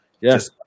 Yes